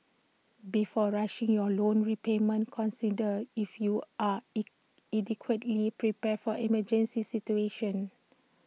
before rushing your loan repayment consider if you are E adequately prepared for emergency situations